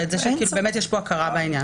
ואת זה שיש הכרה בעניין.